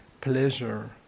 pleasure